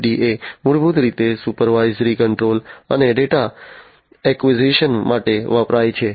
SCADA મૂળભૂત રીતે supervisory control અને ડેટા એક્વિઝિશન માટે વપરાય છે